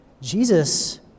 Jesus